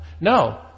No